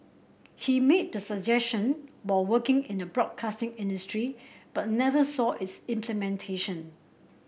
he made the suggestion while working in the broadcasting industry but never saw its implementation